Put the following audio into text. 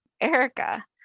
Erica